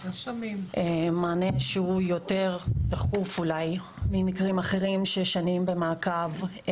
מענה שהוא יותר דחוף אולי ממקרים אחרים שהם שנים במעקב.